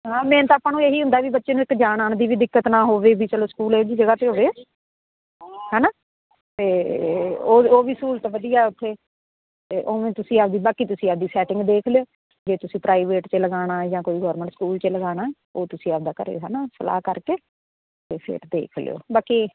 ਹਾਂ ਮੇਨ ਤਾਂ ਆਪਾਂ ਨੂੰ ਇਹ ਹੀ ਹੁੰਦਾ ਵੀ ਬੱਚੇ ਨੂੰ ਇੱਕ ਜਾਣ ਆਉਣ ਦੀ ਵੀ ਦਿੱਕਤ ਨਾ ਹੋਵੇ ਵੀ ਚਲੋ ਸਕੂਲ ਇਹੋ ਜਿਹੀ ਜਗ੍ਹਾ 'ਤੇ ਹੋਵੇ ਹੈ ਨਾ ਅਤੇ ਉਹ ਉਹ ਵੀ ਸਹੂਲਤ ਵਧੀਆ ਉੱਥੇ ਅਤੇ ਉਵੇਂ ਤੁਸੀਂ ਆਪਣੀ ਬਾਕੀ ਤੁਸੀਂ ਆਪਣੀ ਸੈਟਿੰਗ ਦੇਖ ਲਿਓ ਜੇ ਤੁਸੀਂ ਪ੍ਰਾਈਵੇਟ 'ਚ ਲਗਾਉਣਾ ਜਾਂ ਕੋਈ ਗੋਰਮੈਂਟ ਸਕੂਲ 'ਚ ਲਗਾਉਣਾ ਉਹ ਤੁਸੀਂ ਆਪਣਾ ਘਰ ਹੈ ਨਾ ਸਲਾਹ ਕਰਕੇ ਅਤੇ ਫਿਰ ਦੇਖ ਲਿਓ ਬਾਕੀ